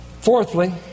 Fourthly